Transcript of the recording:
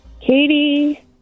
Katie